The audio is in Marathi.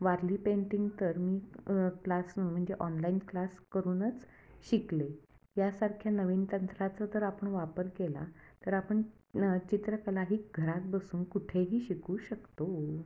वारली पेंटिंग तर मी क्लास म्हणजे ऑनलाईन क्लास करूनच शिकले यासारख्या नवीन तंत्राचा जर आपण वापर केला तर आपण चित्रकला ही घरात बसून कुठेही शिकू शकतो